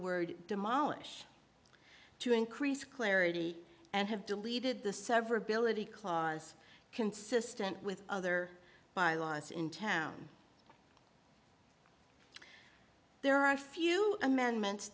word demolish to increase clarity and have deleted the severability clause consistent with other bylaws in town there are few amendments